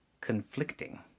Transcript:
conflicting